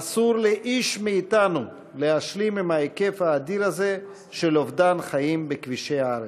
ואסור לאיש מאתנו להשלים עם ההיקף האדיר הזה של אובדן חיים בכבישי הארץ.